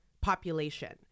population